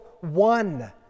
one